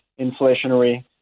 inflationary